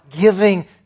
giving